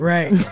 Right